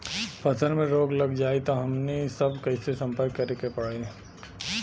फसल में रोग लग जाई त हमनी सब कैसे संपर्क करें के पड़ी?